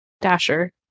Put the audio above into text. Dasher